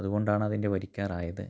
അതുകൊണ്ടാണതിന്റെ വരിക്കാരായത്